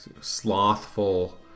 slothful